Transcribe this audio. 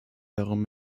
darum